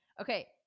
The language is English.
Okay